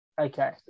Okay